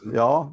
ja